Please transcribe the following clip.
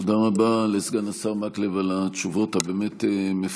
תודה רבה לסגן השר מקלב על התשובות המפורטות.